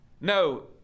No